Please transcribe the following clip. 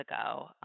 ago